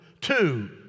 Two